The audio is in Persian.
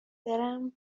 برم